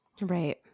Right